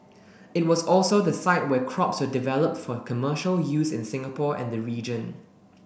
it was also the site where crops were developed for commercial use in Singapore and the region